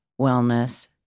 wellness